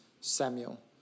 Samuel